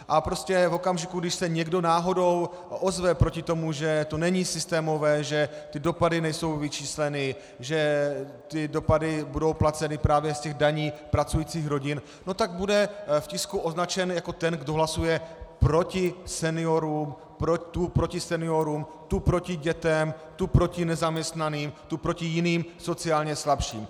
A prostě v okamžiku, když se někdo náhodou ozve proti tomu, že to není systémové, že ty dopady nejsou vyčísleny, že dopady budou placeny právě z daní pracujících rodin, tak bude v tisku označen jako ten, kdo hlasuje tu proti seniorům, tu proti dětem, tu proti nezaměstnaným, tu proti jiným sociálně slabším.